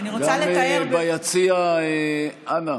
גם ביציע, אנא,